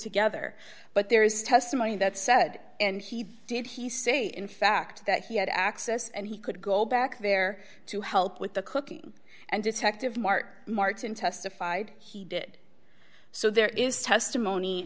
together but there is testimony that said and did he say in fact that he had access and he could go back there to help with the cooking and detective mark martin testified he did so there is testimony